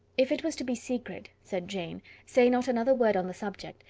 if it was to be secret, said jane, say not another word on the subject.